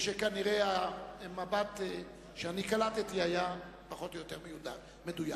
וכנראה המבט שאני קלטתי היה פחות או יותר מדויק.